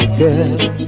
girl